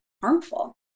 harmful